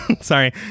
sorry